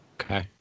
Okay